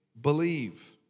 believe